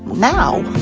now.